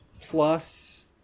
plus